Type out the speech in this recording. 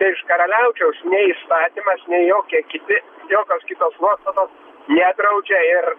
tai iš karaliaučiaus nei įstatymas nei jokie kiti jokios kitos nuostatos nedraudžia ir